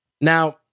Now